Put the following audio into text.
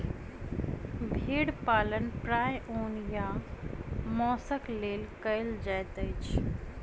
भेड़ पालन प्रायः ऊन आ मौंसक लेल कयल जाइत अछि